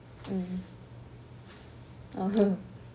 mm oh